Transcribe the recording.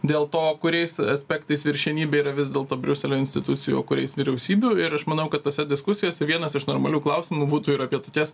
dėl to kuriais aspektais viršenybė yra vis dėl to briuselio institucijų o kuriais vyriausybių ir aš manau kad tose diskusijose vienas iš normalių klausimų būtų ir apie tokias